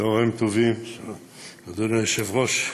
צהריים טובים, שלום, אדוני היושב-ראש,